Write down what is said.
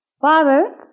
Father